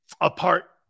apart